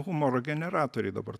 humoro generatoriai dabar